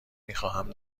میخواهم